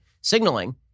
Signaling